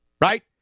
right